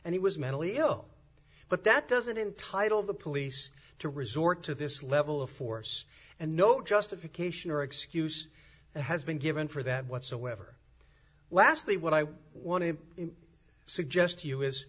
and he was mentally ill but that doesn't entitle the police to resort to this level of force and no justification or excuse that has been given for that whatsoever lastly what i want to suggest to you